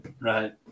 Right